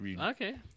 Okay